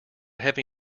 heavy